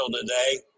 today